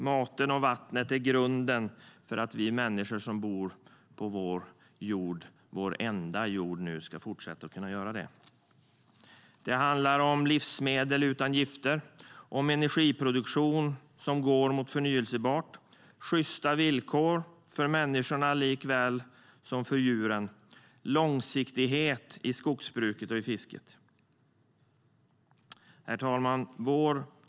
Maten och vattnet är grunden för att vi människor som bor på vår jord, vår enda jord, ska kunna fortsätta att göra det. Det handlar om livsmedel utan gifter, energiproduktion som går mot förnybart, sjysta villkor för människorna likaväl som djuren och långsiktighet i skogsbruket och fisket. Herr talman!